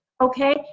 okay